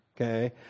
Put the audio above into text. Okay